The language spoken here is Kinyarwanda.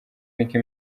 nicki